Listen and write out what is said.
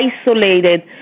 isolated